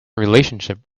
relationship